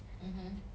mmhmm